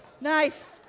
Nice